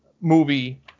movie